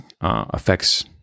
affects